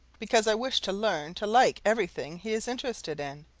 because i wish to learn to like everything he is interested in.